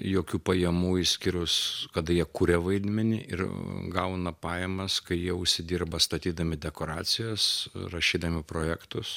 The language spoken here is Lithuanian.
jokių pajamų išskyrus kada jie kuria vaidmenį ir gauna pajamas kai jie užsidirba statydami dekoracijas rašydami projektus